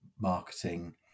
marketing